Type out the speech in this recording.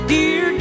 Dear